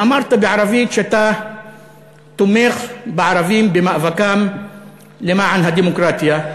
ואמרת בערבית שאתה תומך בערבים במאבקם למען הדמוקרטיה,